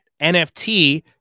NFT